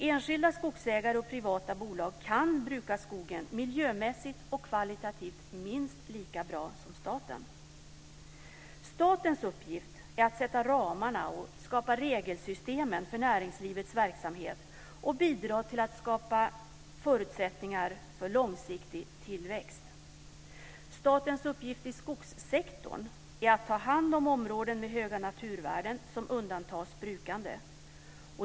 Enskilda skogsägare och privata bolag kan bruka skogen, miljömässigt och kvalitativt, minst lika bra som staten. Statens uppgift är att sätta ramarna och skapa regelsystemen för näringslivets verksamhet och att bidra till att skapa förutsättningar för långsiktig tillväxt. Statens uppgift i skogssektorn är att ta hand om områden med höga naturvärden som undantas från brukande.